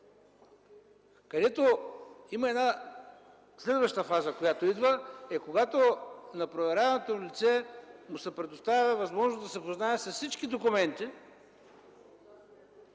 където идва една следваща фаза, когато на проверяваното лице му се предоставя възможност да се запознае с всички документи